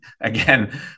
again